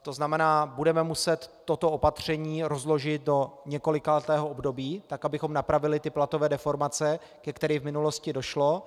To znamená, budeme muset toto opatření rozložit do několikaletého období tak, abychom napravili platové deformace, ke kterým v minulosti došlo.